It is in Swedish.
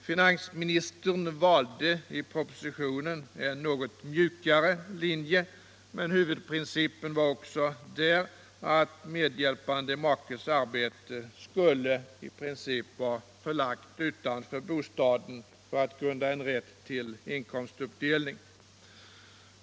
Finansministern valde i propositionen en något mjukare linje, men huvudprincipen var också där att medhjälpande makes arbete skulle vara förlagt utanför bostaden för att grunda en rätt till inkomstuppdelning.